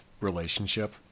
relationship